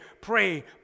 pray